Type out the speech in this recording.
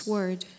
Word